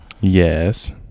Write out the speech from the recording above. Yes